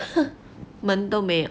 门都没有